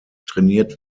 trainiert